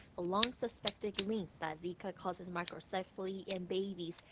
ah long-suspected link that zika causes microcephaly in babies,